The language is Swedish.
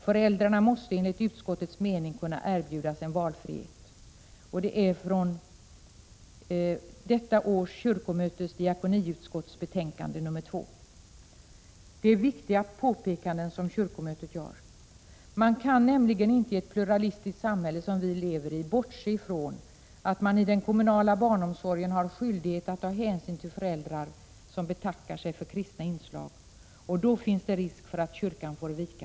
Föräldrarna måste enligt utskottets mening kunna erbjudas en valfrihet.” Citatet är hämtat ur betänkande nr 2 från diakoniutskottet vid årets kyrkomöte. Det är viktiga påpekanden som kyrkomötet gör. Vi kan nämligen inte i ett pluralistiskt samhälle som det vi lever i bortse ifrån att man i den kommunala barnomsorgen har skyldighet att ta hänsyn till föräldrar som betackar sig för kristna inslag. Och då finns det risk för att kyrkan får vika.